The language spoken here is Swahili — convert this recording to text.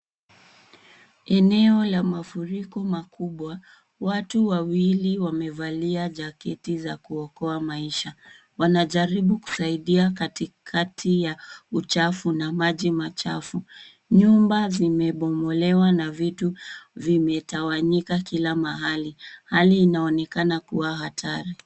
Eneo la mafuriko makubwa, watu wawili wamevalia jaketi za kuokoa maisha, wanajaribu kusaidia katikati ya uchafu na maji machafu. Nyumba zimebomolewa na vitu vimetawanyika kila mahali, hali inaonekana kuwa hatari.